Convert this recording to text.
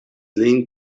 lin